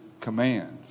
commands